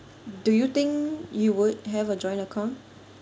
do you think you would have a joint account